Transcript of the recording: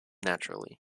naturally